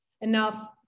enough